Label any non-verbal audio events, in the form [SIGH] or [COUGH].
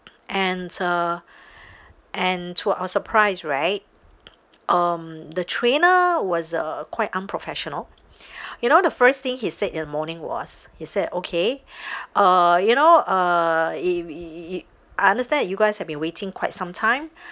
and uh [BREATH] and to our surprise right um the trainer was a quite unprofessional [BREATH] you know the first thing he said in the morning was he said okay [BREATH] uh you know uh if if if I understand you guys had been waiting quite some time [BREATH]